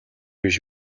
биш